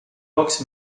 pocs